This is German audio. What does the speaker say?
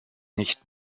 nicht